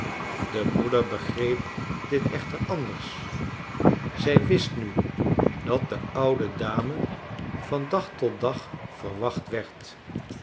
de moeder begreep dit echter anders zij wist nu dat de oude dame van dag tot dag verwacht werd